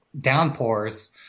downpours